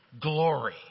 glory